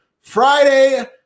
Friday